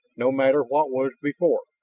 no matter what was before.